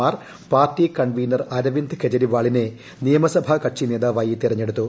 Mar party convener Arvind കെജ്രിവാളിനെ നിയമസഭാ കക്ഷി നേതാവായി തെരഞ്ഞെടുത്തു